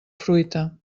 fruita